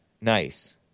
Nice